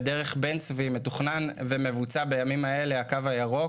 בדרך בן צבי מתוכנן ומבוצע בימים האלה הקו הירוק,